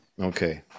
Okay